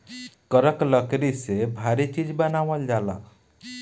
करक लकड़ी से भारी चीज़ बनावल जाला